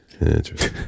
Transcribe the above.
Interesting